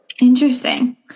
Interesting